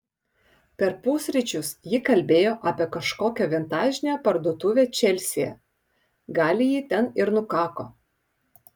per pusryčius ji kalbėjo apie kažkokią vintažinę parduotuvę čelsyje gali ji ten ir nukako